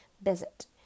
visit